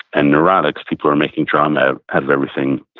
and neurotics, people are making drama out of everything.